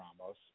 Ramos